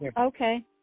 Okay